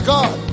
God